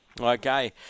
Okay